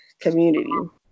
community